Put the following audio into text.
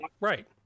Right